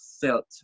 felt